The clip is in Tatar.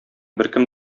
беркем